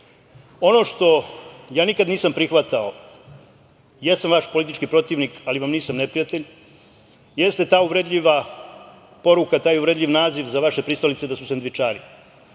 što ja nikada nisam prihvatao, jesam vaš politički protivnik, ali vam nisam neprijatelj, jeste ta uvredljiva poruka, taj uvredljivi naziv za vaše pristalice da su sendvičari.